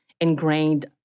ingrained